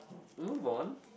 move on